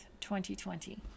2020